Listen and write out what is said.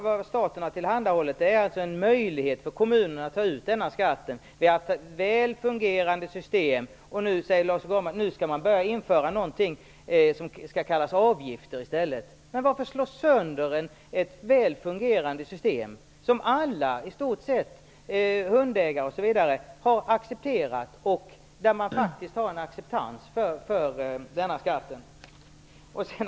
Vad staten har tillhandahållit är en möjlighet för kommunerna att ta ut denna skatt. Vi har haft ett väl fungerande system. Nu säger Lars U Granberg att man skall införa något som kallas avgifter i stället. Men varför slå sönder ett väl fungerande system som i stort sett alla, hundägare och andra, har accepterat? Det finns faktiskt en acceptans för denna skatt.